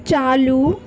چالو